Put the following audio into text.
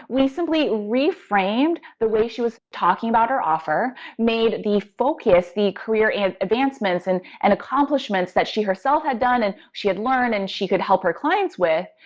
we simply reframed the way she was talking about her offer, made the focus, the career, and advancements, and and accomplishments that she herself had done, and she had learned, and she could help her clients with,